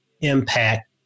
Impact